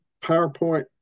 PowerPoint